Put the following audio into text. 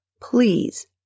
please